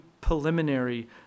preliminary